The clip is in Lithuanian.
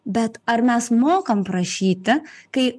bet ar mes mokam prašyti kai